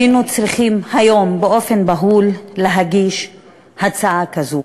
היינו צריכים היום באופן בהול להגיש הצעה כזאת.